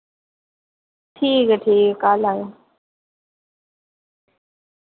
ठीक ऐ ठीक ऐ कल आयो